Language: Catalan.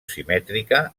simètrica